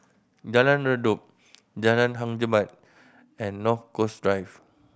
Jalan Redop Jalan Hang Jebat and North Coast Drive